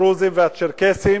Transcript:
הדרוזים והצ'רקסים,